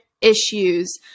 issues